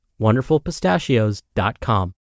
wonderfulpistachios.com